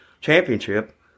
Championship